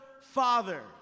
Father